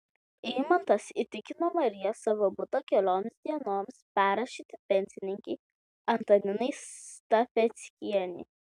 eimantas įtikino mariją savo butą kelioms dienoms perrašyti pensininkei antaninai stafeckienei